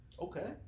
Okay